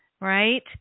right